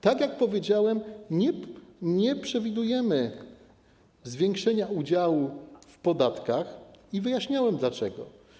Tak jak powiedziałem, nie przewidujemy zwiększenia udziału w podatkach i wyjaśniałem dlaczego.